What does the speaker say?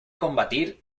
combatir